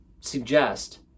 suggest